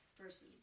versus